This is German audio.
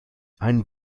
ein